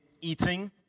eating